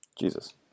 Jesus